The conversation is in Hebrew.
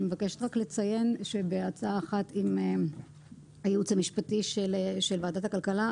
אני מבקשת לציין שבעצה אחת עם הייעוץ המשפטי של ועדת הכלכלה,